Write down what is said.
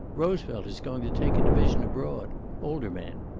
roosevelt is going to take a division abroad older men.